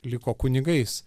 liko kunigais